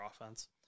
offense